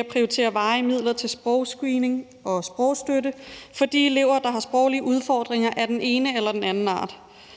at prioritere varige midler til sprogscreening og sprogstøtte for de elever, der har sproglige udfordringer af den ene eller den anden art.